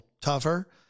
tougher